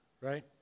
right